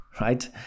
right